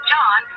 John